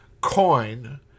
coin